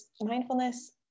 mindfulness